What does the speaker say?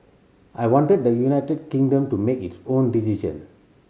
I want the United Kingdom to make its own decision